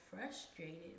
frustrated